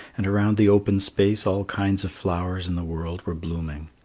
and around the open space all kinds of flowers in the world were blooming.